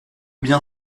bien